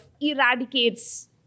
eradicates